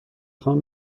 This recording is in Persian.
خوام